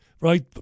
right